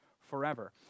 forever